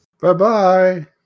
Bye-bye